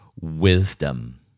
wisdom